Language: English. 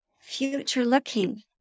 future-looking